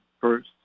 first